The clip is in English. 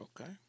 Okay